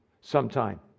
sometime